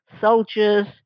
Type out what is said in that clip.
soldiers